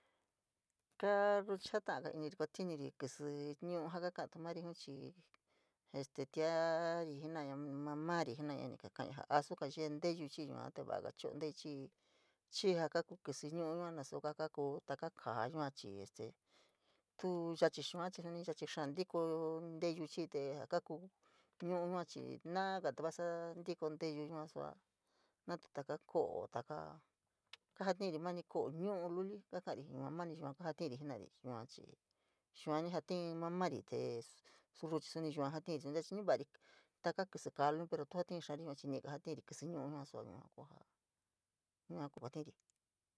ruu chii jataga iniri kuantiñuri kísí ñu’u jaa kaka’a tu mari jii chii este tiari, mamari ni kakaña ja asuga yee nteyuu chii yua te vaga cho’o teei chii, chii a ka kísí ñu’u yua nasuga kakúú taka káá yua chii este tuu yachi xáá ntiko nteyuu chii kakuy ñu’u yua chii naoga te vasa ntiko teeyu yua sua, natu taka ko’o taka kajatiuri n’ani ko’o ñu’u luli kakarijii mani yua kajatiuri jenari yua chii, yua ni jatiun mamari este ruu suni yua jatiuri suni navari taka kísí kaa luli tu kajatiun xaari, ñiiga ka jatiuri kísí ñu’u sua yua kua kuu kajatiuri.